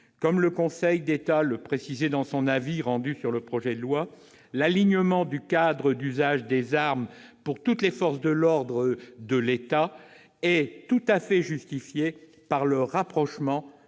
Comme le Conseil d'État le précisait dans son avis sur le projet de loi, l'alignement du cadre d'usage des armes pour toutes les forces de l'ordre de l'État est tout à fait justifié par le rapprochement